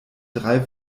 drei